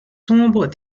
sombre